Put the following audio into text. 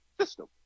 system